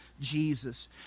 Jesus